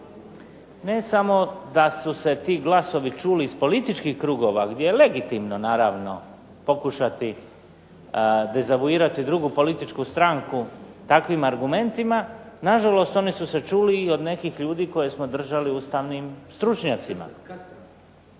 Ne samo da su se ti glasovi čuli iz političkih krugova gdje je legitimno naravno pokušati dezavuirati drugu političku stranku takvim argumentima, nažalost oni su se čuli i od nekih ljudi koje smo držali ustavnim stručnjacima.